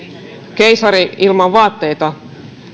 keisari ilman vaatteita